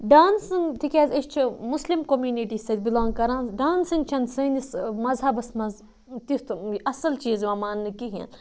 dancing تِکیٛازِ أسۍ چھِ مُسلم کوٚمنِٹی سۭتۍ بِلانٛگ کَران ڈانسِنٛگ چھَنہٕ سٲنِس مذہَبَس منٛز تیُتھ اَصٕل چیٖز یِوان ماننہٕ کِہیٖنۍ